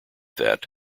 that